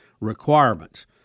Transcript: requirements